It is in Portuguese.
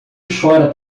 chora